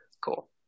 cool